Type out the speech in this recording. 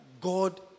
God